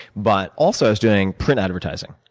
but also, i was doing print advertising.